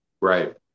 Right